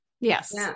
yes